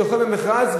זוכה במכרז,